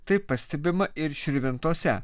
tai pastebima ir širvintose